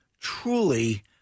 truly